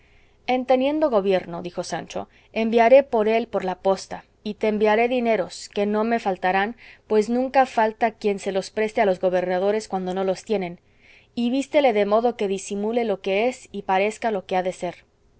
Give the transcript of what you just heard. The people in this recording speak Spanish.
en teniendo gobierno dijo sancho enviaré por él por la posta y te enviaré dineros que no me faltarán pues nunca falta quien se los preste a los gobernadores cuando no los tienen y vístele de modo que disimule lo que es y parezca lo que ha de ser